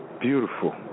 Beautiful